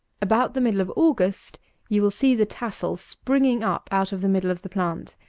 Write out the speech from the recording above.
about the middle of august you will see the tassel springing up out of the middle of the plant,